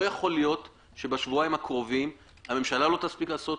לא יכול להיות שבשבועיים הקרובים הממשלה לא תספיק לעשות,